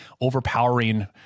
overpowering